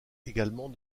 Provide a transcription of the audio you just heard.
également